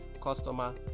customer